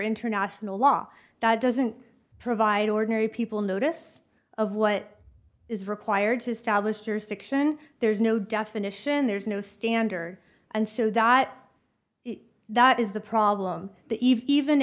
international law that doesn't provide ordinary people notice of what is required to stab lister's fiction there's no definition there's no standard and so that that is the problem that even